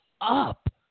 up